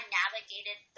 navigated